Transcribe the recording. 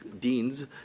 deans